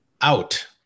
out